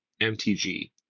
MTG